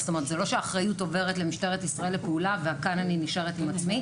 זה לא שהאחריות עוברת למשטרת ישראל לפעולה וכאן אני נשארת עם עצמי,